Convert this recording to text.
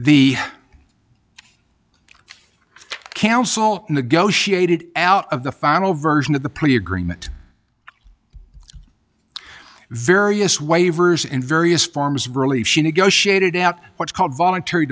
the council negotiated out of the final version of the plea agreement various waivers and various forms of relief she negotiated out what's called voluntary